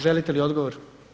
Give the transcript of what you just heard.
Želite li odgovor?